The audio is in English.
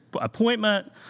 appointment